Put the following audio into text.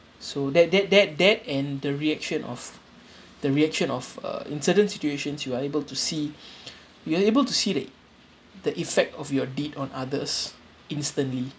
so that that that that and the reaction of the reaction of uh in certain situations you are able to see you are able to see that the effect of your deed on others instantly